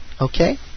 Okay